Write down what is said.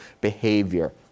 behavior